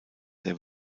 der